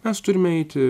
mes turime eiti